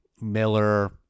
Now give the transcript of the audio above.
miller